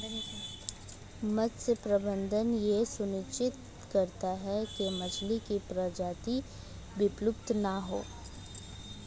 मत्स्य प्रबंधन यह सुनिश्चित करता है की मछली की प्रजाति विलुप्त ना हो